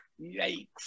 Yikes